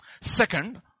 Second